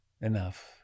enough